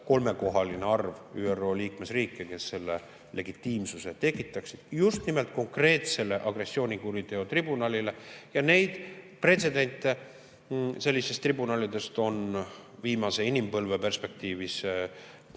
kolmekohaline arv ÜRO liikmesriike, kes selle legitiimsuse tekitaksid just nimelt konkreetsele agressioonikuriteo tribunalile. Neid pretsedente selliste tribunalide puhul on viimase inimpõlve perspektiivis